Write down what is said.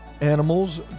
animals